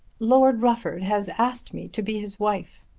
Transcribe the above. lord rufford has asked me to be his wife.